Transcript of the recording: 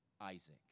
Isaac